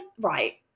right